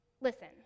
Listen